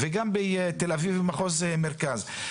וגם בתל אביב ומחוז מרכז.